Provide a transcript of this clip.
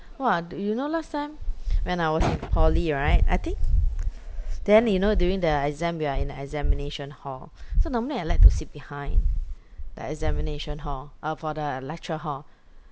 !wah! you know last time when I was in poly right I think then you know during the exam we are in examination hall so normally I like to sit behind the examination hall uh for the lecture hall